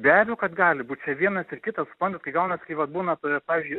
be abejo kad gali būt čia vienas ir kitas suprantat kai gaunasi kai va būna pavyzdžiui